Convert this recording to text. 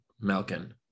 Malkin